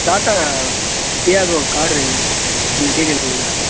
tata டிஆர்ஓ car கொஞ்சம் detail சொல்ல முடியுமா சார்